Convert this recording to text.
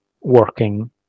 working